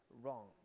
wrong